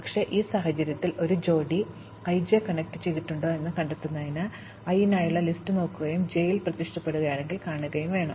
പക്ഷേ ഈ സാഹചര്യത്തിൽ ഒരു ജോഡി i j കണക്റ്റുചെയ്തിട്ടുണ്ടോ എന്ന് കണ്ടെത്തുന്നതിന് i നായുള്ള ലിസ്റ്റ് നോക്കുകയും അതിൽ j പ്രത്യക്ഷപ്പെടുകയാണെങ്കിൽ കാണുകയും വേണം